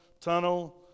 tunnel